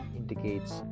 indicates